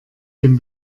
dem